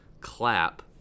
clap